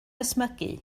ysmygu